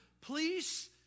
please